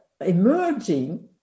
emerging